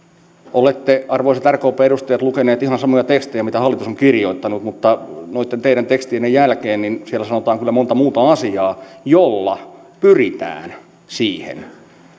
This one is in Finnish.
olette arvoisat rkpn edustajat lukeneet ihan samoja tekstejä mitä hallitus on kirjoittanut mutta noitten teidän tekstienne jälkeen siellä sanotaan kyllä monta muuta asiaa joilla pyritään siihen